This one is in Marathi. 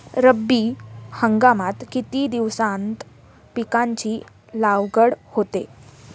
रब्बी हंगामात किती दिवसांत पिकांची लागवड होते?